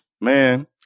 Man